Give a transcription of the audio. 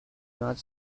not